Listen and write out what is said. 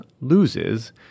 loses